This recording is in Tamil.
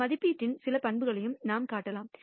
இந்த மதிப்பீட்டின் சில பண்புகளையும் நாம் காட்டலாம்